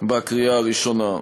לקריאה ראשונה.